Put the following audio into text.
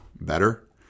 better